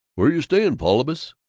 where you staying, paulibus?